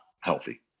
healthy